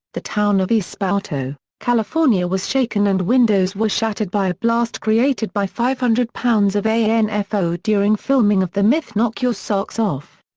the town of esparto, california was shaken and windows were shattered by a blast created by five hundred pounds of and anfo during filming of the myth knock your socks off.